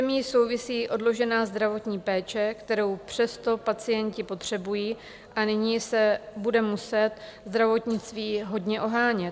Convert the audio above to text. S epidemií souvisí i odložená zdravotní péče, kterou přesto pacienti potřebují, a nyní se bude muset zdravotnictví hodně ohánět.